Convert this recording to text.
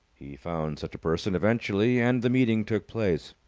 he found such a person eventually and the meeting took place.